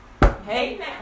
Hey